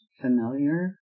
familiar